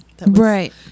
Right